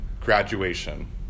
graduation